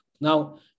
Now